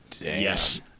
yes